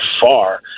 far